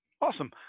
awesome